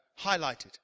highlighted